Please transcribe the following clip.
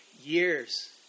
years